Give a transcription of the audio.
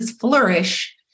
flourish